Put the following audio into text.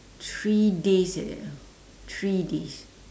three days like that ah three days